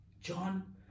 John